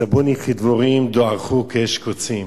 כדבורים, דעכו כאש קוצים".